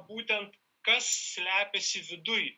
būtent kas slepiasi viduj